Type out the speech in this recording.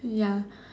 ya